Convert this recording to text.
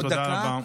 תודה רבה.